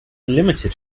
limited